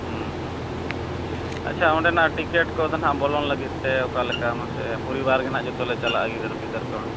ᱟᱪᱪᱷᱟ ᱚᱸᱰᱮᱱᱟᱜ ᱴᱤᱠᱤᱴ ᱠᱚᱫᱚ ᱱᱟᱦᱟᱜ ᱵᱚᱞᱚᱱ ᱞᱟᱹᱜᱤᱫ ᱛᱮ ᱚᱠᱟᱞᱮᱠᱟ ᱢᱟᱥᱮ ᱯᱚᱨᱤᱵᱟᱨ ᱜᱮ ᱱᱟᱦᱟᱜ ᱡᱚᱛᱚᱞᱮ ᱪᱟᱞᱟᱜᱼᱟ ᱜᱤᱫᱟᱹᱨ ᱯᱤᱫᱟᱹᱨ ᱠᱚ